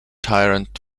tyrant